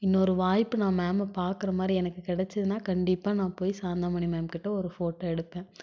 இன்னொரு வாய்ப்பு நான் மேமை பார்க்கற மாதிரி எனக்கு கிடச்சிதுன்னா கண்டிப்பாக நான் போய் சாந்தாமணி மேம் கிட்டே ஒரு ஃபோட்டோ எடுப்பேன்